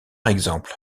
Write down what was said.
exemple